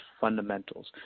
fundamentals